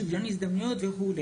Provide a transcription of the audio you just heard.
שוויון הזדמנויות וכו'.